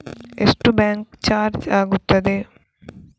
ಎಷ್ಟು bank charge ಆಗುತ್ತದೆ?